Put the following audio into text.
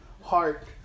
heart